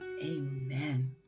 Amen